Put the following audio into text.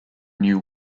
new